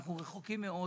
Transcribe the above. אנחנו רחוקים מאוד